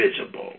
visible